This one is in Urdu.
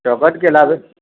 چوکھٹ کے علاوہ